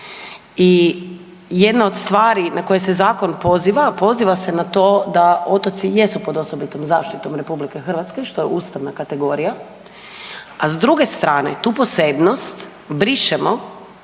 I jedna od stvari na koje se zakon poziva, a poziva se na to da otoci jesu pod osobitom zaštitom RH što je ustavna kategorija. A s druge strane tu posebnost brišemo